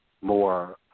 more